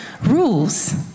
rules